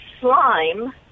slime